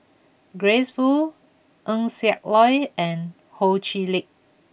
Grace Fu Eng Siak Loy and Ho Chee Lick